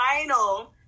final